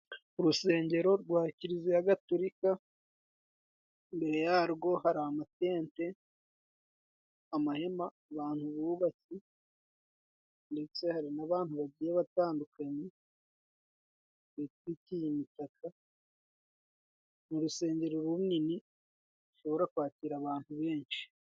Urusengero rwa Kiliziya Gaturika, imbere yarwo hari amatente; amahema abantu bubatse, ndetse hari n'abantu bagiye batandukanye bitwikiriye imitaka, ni urusengero runini rushobora kwakira abantu benshi.